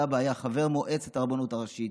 סבא היה חבר מועצת הרבנות הראשית,